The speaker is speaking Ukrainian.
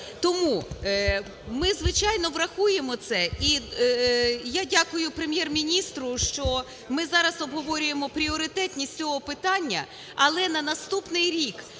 Тому ми, звичайно, врахуємо це. І я дякую Прем'єр-міністру, що ми зараз обговорюємо пріоритетність цього питання, але на наступний рік